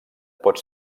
pot